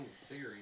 series